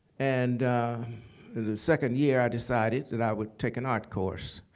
and the second year, i decided that i would take an art course,